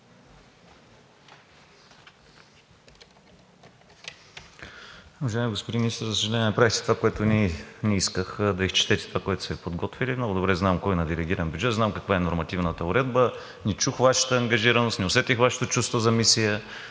Уважаеми господин Министър, за съжаление, направихте това, което не исках – да изчетете това, което са Ви подготвили. Много добре знам кой има делегиран бюджет, знам каква е нормативната уредба. Не чух Вашата ангажираност, не усетих Вашето чувство за мисия